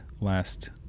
last